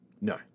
No